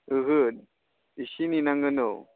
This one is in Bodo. ओहो एसे नेनांगोन औ